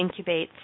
incubates